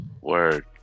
Word